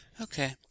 Okay